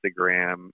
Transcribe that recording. Instagram